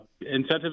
incentives